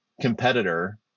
competitor